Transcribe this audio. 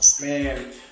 Man